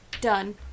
done